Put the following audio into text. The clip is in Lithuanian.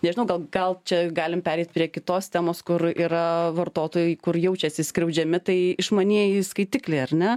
nežinau gal gal čia galim pereit prie kitos temos kur yra vartotojai kur jaučiasi skriaudžiami tai išmanieji skaitikliai ar ne